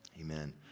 Amen